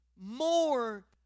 more